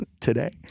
today